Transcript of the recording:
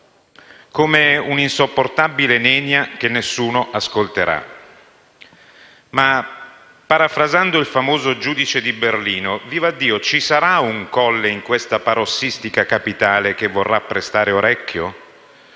come un'insopportabile nenia che nessuno ascolterà. Ma, parafrasando la famosa frase sul giudice a Berlino: vivaddio, ci sarà un Colle in questa parossistica Capitale che vorrà prestare orecchio?